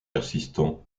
persistant